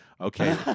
Okay